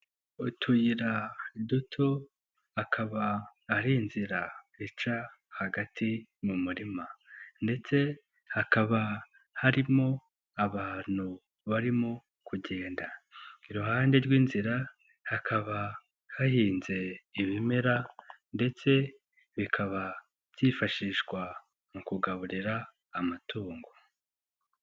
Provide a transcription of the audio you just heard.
Utuyira duto akaba ari inzira ica hagati mu murima ndetse hakaba harimo abantu barimo kugenda, iruhande rw'inzira hakaba hahinze ibimera ndetse bikaba byifashishwa mu kugaburira amatungo.